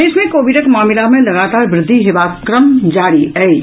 प्रदेश मे कोविडक मामिला मे लगातार वृद्धि हेबाक क्रम जारी अछि